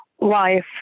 life